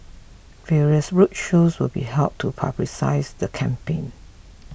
various roadshows will be held to publicise the campaign